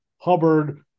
Hubbard